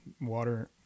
water